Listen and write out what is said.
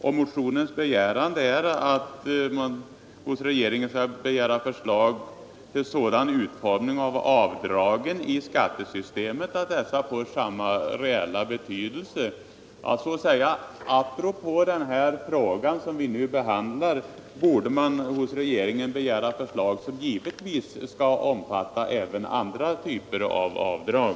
I motionen begärs därför att riksdagen hos regeringen skall begära förslag till sådan utformning av avdragen i skattesystemet att dessa får samma reella betydelse för alla skattskyldiga. Riksdagen skall givetvis begära förslag som omfattar även andra typer av avdrag.